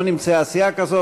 לא נמצאה סיעה כזאת,